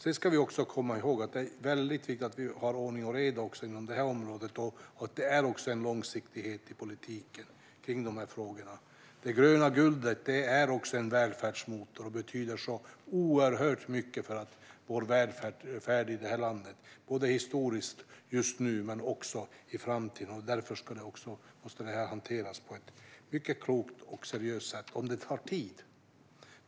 Sedan ska vi komma ihåg att det är väldigt viktigt att vi har ordning och reda inom detta område och att det är en långsiktighet i politiken kring dessa frågor. Det gröna guldet är en välfärdsmotor och betyder oerhört mycket för vår välfärd i landet, både historiskt och just nu men också i framtiden. Därför måste detta hanteras på ett mycket klokt och seriöst sätt. Det kan ta tid.